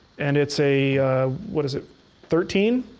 and it's a what is it thirteen.